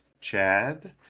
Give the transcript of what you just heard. Chad